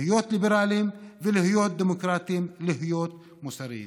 להיות ליברלים ולהיות דמוקרטים, להיות מוסריים.